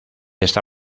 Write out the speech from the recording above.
esta